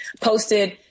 posted